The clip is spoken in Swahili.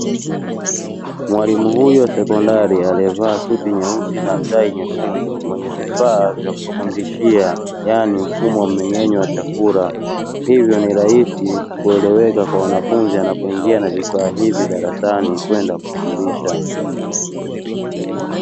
Mwalimu wa sekondari aliyepewa somo la sayansi ya chakula mwenye vifaa vya kufundishia, yaani, mfumo wa mmengenyo wa chakula. Hivyo, ni rahisi kueleweka kwa wanafunzi anapoingia na vifaa hivi darasani kwenda kufundisha.